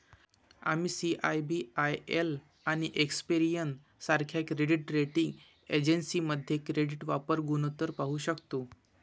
आम्ही सी.आय.बी.आय.एल आणि एक्सपेरियन सारख्या क्रेडिट रेटिंग एजन्सीमध्ये क्रेडिट वापर गुणोत्तर पाहू शकतो